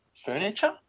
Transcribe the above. furniture